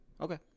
Okay